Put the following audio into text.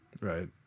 Right